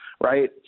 Right